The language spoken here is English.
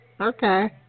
Okay